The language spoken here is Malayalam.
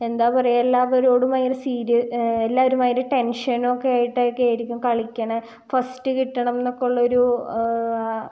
എന്താണ് പറയുക എല്ലാവരോടും ഭയങ്കര സീരിയസ് എല്ലാവരും ഭയങ്കര ടെൻഷനൊക്കെ ആയിട്ടൊക്കെ ആയിരിക്കും കളിക്കണെ ഫസ്റ്റ് കിട്ടണം എന്നൊക്കൊ ഉള്ളൊരു